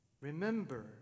Remember